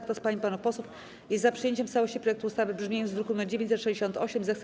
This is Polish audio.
Kto z pań i panów posłów jest za przyjęciem w całości projektu ustawy w brzmieniu z druku nr 968, wraz z przyjętymi poprawkami, zechce